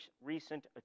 recent